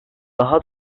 daha